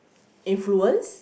influence